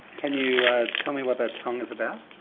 can you ah tell me what that song is about?